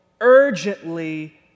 urgently